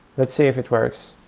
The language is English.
let's see if it works.